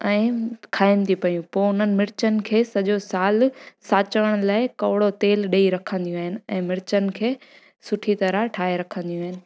ऐं खाइनि थी पियूं पोइ उन्हनि मिर्चनि खे सॼो सालु साचण लाइ कोड़ो तेलु ॾेई रखंदियूं आहिनि ऐं मिर्चनि खे सुठी तरह ठाहे रखंदियूं आहिनि